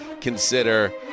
consider